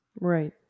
Right